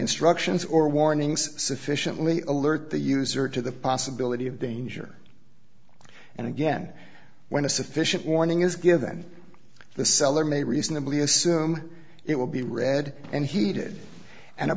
instructions or warnings sufficiently alert the user to the possibility of danger and again when a sufficient warning is given the seller may reasonably assume it will be read and heeded and a